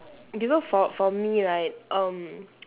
okay so for for me right um